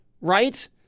right